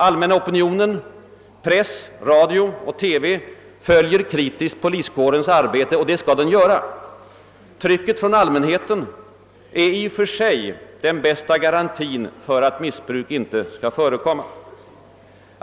Allmänna opinionen, press, radio och TV följer kritiskt poliskårens arbete; och det skall de göra. Trycket från allmänheten är i och för sig den bästa garantin för att missbruk inte skall förekomma.